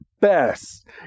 best